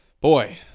boy